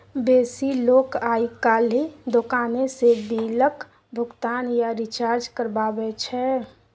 बेसी लोक आइ काल्हि दोकाने सँ बिलक भोगतान या रिचार्ज करबाबै छै